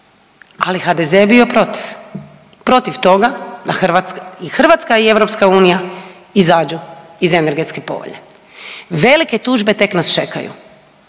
Ali HDZ je bio protiv, protiv toga da i Hrvatska i EU izađu iz Energetske povelje. Velike tužbe tek nas čekaju,